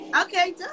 Okay